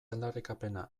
aldarrikapena